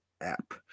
app